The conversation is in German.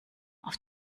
auf